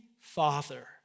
Father